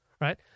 right